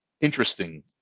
interesting